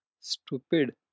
Stupid